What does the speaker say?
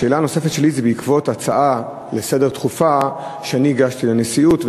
השאלה הנוספת שלי היא בעקבות הצעה דחופה לסדר-היום שאני הגשתי לנשיאות,